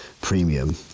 premium